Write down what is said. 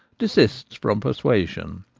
desists from persuasion.